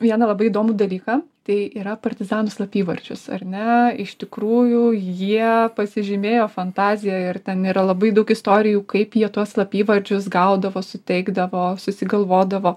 vieną labai įdomų dalyką tai yra partizanų slapyvardžius ar ne iš tikrųjų jie pasižymėjo fantazija ir ten yra labai daug istorijų kaip jie tuos slapyvardžius gaudavo suteikdavo susigalvodavo